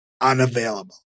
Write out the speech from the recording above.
unavailable